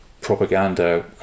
propaganda